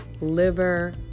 liver